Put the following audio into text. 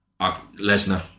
Lesnar